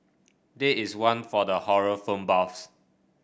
did is one for the horror film buffs